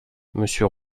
monsieur